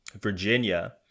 Virginia